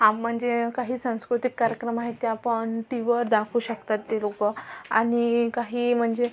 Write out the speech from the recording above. हा म्हणजे काही सांस्कृतिक कार्यक्रम आहे ते आपण टीव्हीवर दाखवू शकतात ते लोक आणि काही म्हणजे